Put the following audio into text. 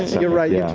you're right. yeah